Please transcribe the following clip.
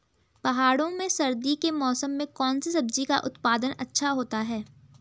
पहाड़ों में सर्दी के मौसम में कौन सी सब्जी का उत्पादन अच्छा होता है?